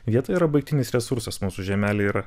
vietų yra baigtinis resursas mūsų žemelė yra